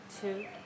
two